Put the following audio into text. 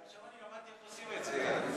עכשיו אני למדתי איך עושים את זה.